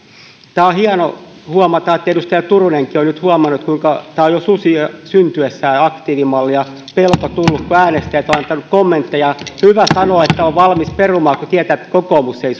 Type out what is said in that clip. tämä on hienoa huomata että edustaja turunenkin on nyt huomannut kuinka tämä aktiivimalli on susi jo syntyessään ja on pelko tullut kun äänestäjät ovat antaneet kommenttejaan hyvä sanoa että on valmis perumaan kun tietää että kokoomus ei